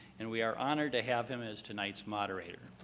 and we are honored to have him as tonight's moderator.